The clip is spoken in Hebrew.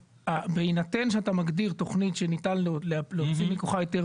בהינתן שאתה מגדיר תכנית שניתן להוציא מכוחה היתר